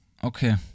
Okay